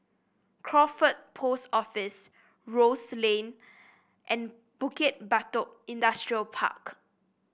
Crawford Post Office Rose Lane and Bukit Batok Industrial Park